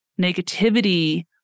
negativity